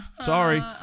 Sorry